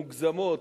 מוגזמות,